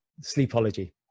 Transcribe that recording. Sleepology